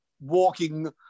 walking